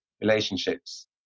relationships